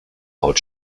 haut